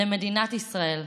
למדינת ישראל,